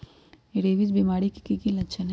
rabies बीमारी के कि कि लच्छन हई